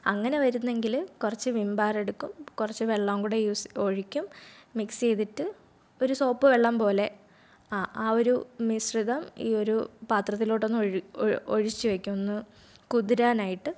അങ്ങനെ വരുന്നെങ്കിൽ കുറച്ചു വിം ബാർ എടുക്കും കുറച്ചു വെള്ളം കൂടി യൂസ് ഒഴിക്കും മിക്സ് ചെയ്തിട്ട് ഒരു സോപ്പ് വെള്ളം പോലെ ആ ആ ഒരു മിശ്രിതം ഈ ഒരു പത്രത്തിലോട്ടൊന്ന് ഒഴി ഒഴിച്ചു വെക്കും ഒന്ന് കുതിരാനായിട്ട്